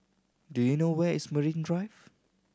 do you know where is Marine Drive